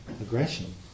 aggression